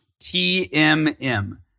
TMM